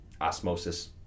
osmosis